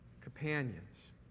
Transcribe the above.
companions